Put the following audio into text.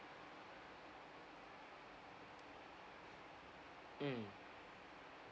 mm